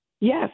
Yes